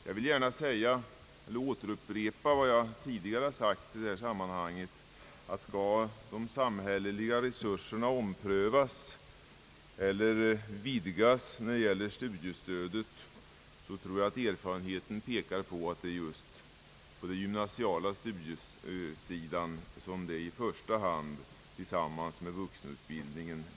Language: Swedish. Jag vill gärna upprepa vad jag tidigare sagt i olika sammanhang, nämligen att om de samhälleliga insatserna skall vidgas när det gäller studiestödet tror jag att erfarenheten pekar på att de i första hand bör sättas in just på den gymnasiala studiesidan tillsammans med vuxenutbildningen.